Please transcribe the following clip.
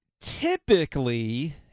Typically